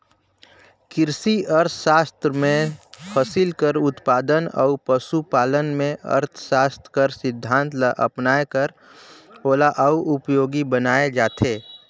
किरसी अर्थसास्त्र में फसिल कर उत्पादन अउ पसु पालन में अर्थसास्त्र कर सिद्धांत ल अपनाए कर ओला अउ उपयोगी बनाए जाथे